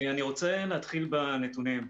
אני רוצה להתחיל בנתונים.